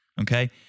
okay